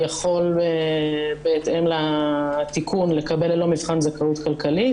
יכול בהתאם לתיקון לקבל ללא מבחן זכאות כלכלית,